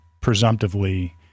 presumptively